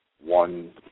one